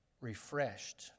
refreshed